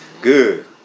Good